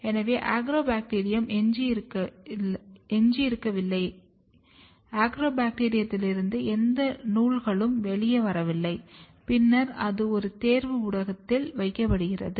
எனவே அக்ரோபாக்டீரியம் எஞ்சியிருக்கவில்லை அக்ரோபாக்டீரியத்திலிருந்து எந்த நூல்களும் வெளியே வரவில்லை பின்னர் அது ஒரு தேர்வு ஊடகத்தில் வைக்கப்படுகிறது